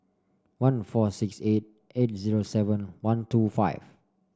one four six eight eight zero seven one two five